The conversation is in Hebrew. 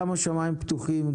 גם השמיים פתוחים,